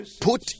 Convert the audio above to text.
put